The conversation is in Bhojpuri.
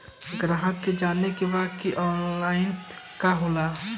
ग्राहक के जाने के बा की ऑनलाइन का होला?